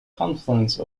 confluence